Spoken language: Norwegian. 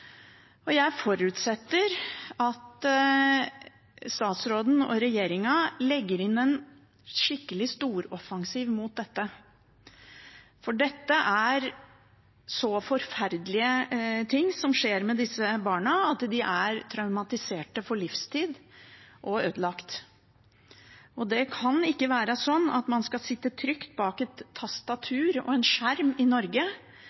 overgrep. Jeg forutsetter at statsråden og regjeringen legger inn en skikkelig storoffensiv mot dette, for det er så forferdelige ting som skjer med disse barna, at de er traumatiserte for livstid og ødelagt. Det kan ikke være slik at man skal kunne sitte trygt bak et tastatur og en skjerm i Norge